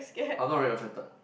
I'm not really affected